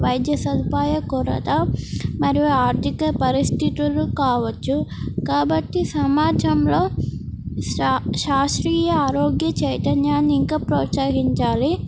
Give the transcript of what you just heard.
వైద్య సదుపాయ కొరత మరియు ఆర్థిక పరిస్థితులు కావచ్చు కాబట్టి సమాజంలో శా శాస్త్రీయ ఆరోగ్య చైతన్యాన్ని ఇంకా ప్రోత్సహించాలి